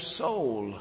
soul